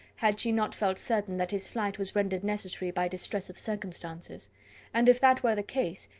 had she not felt certain that his flight was rendered necessary by distress of circumstances and if that were the case,